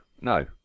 no